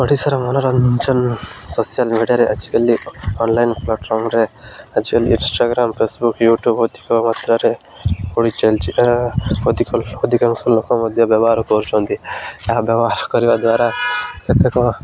ଓଡ଼ିଶାର ମନୋରଞ୍ଜନ ସୋସିଆଲ୍ ମିଡ଼ିଆରେ ଆଜିକାଲି ଅନଲାଇନ୍ ପ୍ଲାଟଫର୍ମରେ ଆଜିକାଲି ଇନଷ୍ଟାଗ୍ରାମ୍ ଫେସବୁକ୍ ୟୁ ଟ୍ୟୁବ୍ ଅଧିକ ମାତ୍ରାରେ ପଡ଼ିଛି ଚାଲିଛି ଅଧିକ ଅଧିକାଂଶ ଲୋକ ମଧ୍ୟ ବ୍ୟବହାର କରୁଛନ୍ତି ଏହା ବ୍ୟବହାର କରିବା ଦ୍ୱାରା କେତେକ